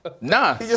Nah